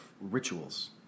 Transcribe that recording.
rituals